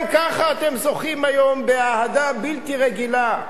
גם ככה אתם זוכים היום באהדה בלתי רגילה.